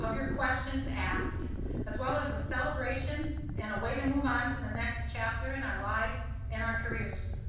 of your questions asked as well as a celebration and a way to move on to the next chapter in our lives and our careers